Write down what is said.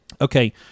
Okay